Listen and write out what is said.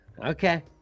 Okay